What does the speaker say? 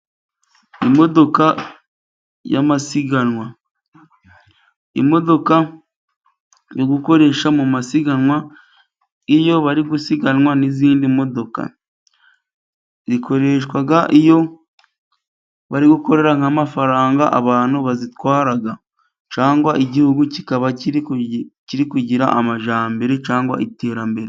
Imodoka y'amasiganwa. Imodoka mu gukoresha mu masiganwa, iyo bari gusiganwa n'izindi modoka, zikoreshwa iyo bari gukorera nk'amafaranga abantu bazitwara, cyangwa Igihugu kikaba kiri kugira amajyambere cyangwa iterambere.